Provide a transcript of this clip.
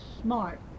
smart